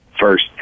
first